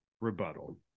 Rebuttal